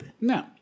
No